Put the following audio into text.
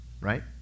Right